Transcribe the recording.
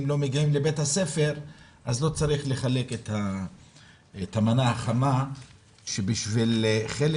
לא מגיעים לבית הספר לא צריך לחלק את המנה החמה שבשביל חלק